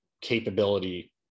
capability